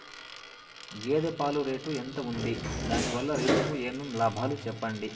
గేదె పాలు రేటు ఎంత వుంది? దాని వల్ల రైతుకు ఏమేం లాభాలు సెప్పండి?